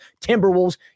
Timberwolves